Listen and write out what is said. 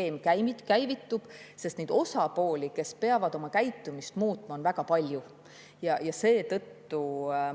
skeem käivitub, sest neid osapooli, kes peavad oma käitumist muutma, on väga palju. Seetõttu